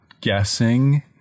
guessing